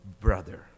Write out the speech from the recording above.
brother